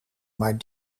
maar